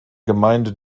gemeinde